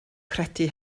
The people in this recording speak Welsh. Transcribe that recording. credu